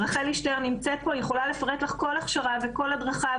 רחלי שטרן נמצאת פה ויכולה לפרט לך כל הכשרה והדרכה,